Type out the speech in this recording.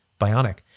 Bionic